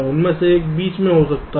उनमें से एक बीच में हो सकता है